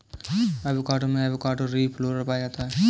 avocado में avocado leaf roller पाया जाता है